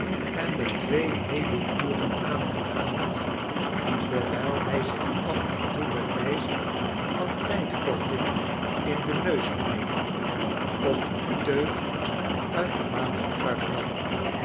en me twee heele uren aangegaapt terwijl hij zich af en toe bij wijze van tijdkorting in den neus kneepof een teug uit de waterkruik nam